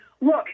look